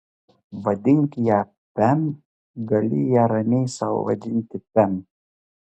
vadink ją pem gali ją ramiai sau vadinti pem